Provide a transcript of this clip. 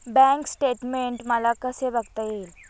Bank statement मला कसे बघता येईल?